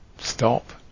Stop